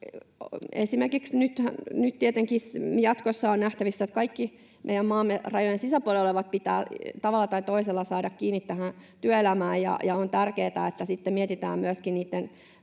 toimintaa. Nyt tietenkin jatkossa on nähtävissä, että kaikki meidän maamme rajojen sisäpuolella olevat pitää tavalla tai toisella saada kiinni tähän työelämään. Ja on tärkeätä, että sitten mietitään myöskin niitten